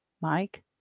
Mike